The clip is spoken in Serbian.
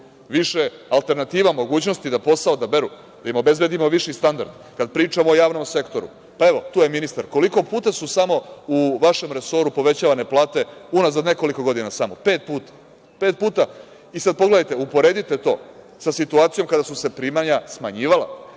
više alternativa, mogućnost da posao odaberu, da im obezbedimo viši standard. Kada pričamo o javnom sektoru, pa evo tu je ministar, koliko puta su samo u vašem resoru povećavane plate unazad nekoliko godina samo? Pet puta. I sada pogledajte, uporedite to sa situacijom kada su se primanja smanjivala